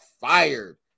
fired